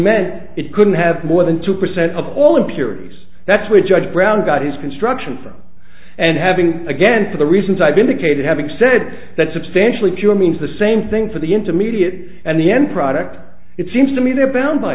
meant it couldn't have more than two percent of all impurities that's why judge brown got his construction from and having again for the reasons i've indicated having said that substantially fewer means the same thing for the intermediate and the end product it seems to me they're bound by